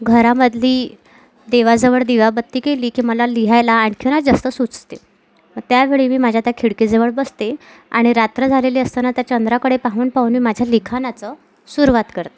घरामधली देवाजवळ दिवाबत्ती केली की मला लिहायला आणखीनच जास्त सुचते त्यावेळी मी माझ्या त्या खिडकीजवळ बसते आणि रात्र झालेली असताना त्या चंद्राकडे पाहून पाहून मी माझ्या लिखाणाचं सुरुवात करते